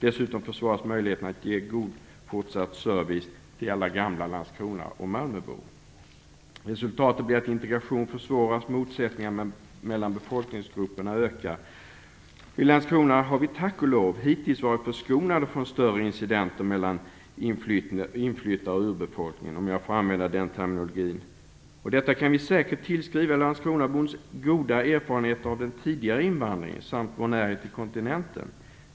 Dessutom försvåras möjligheterna att ge fortsatt god service till alla gamla landskrona och malmöbor. Resultatet blir att integrationen försvåras och att motsättningarna mellan befolkningsgrupperna ökar. I Landskrona har vi tack och lov hittills varit förskonade från större incidenter mellan inflyttare och urbefolkning, om jag får använda den terminologin. Och detta kan vi säkert tillskriva landskronabons goda erfarenheter av den tidigare invandringen samt vår närhet till kontinenten.